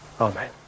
Amen